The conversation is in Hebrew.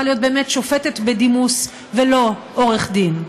להיות שופטת בדימוס ולא עורך דין.